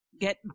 get